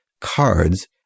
cards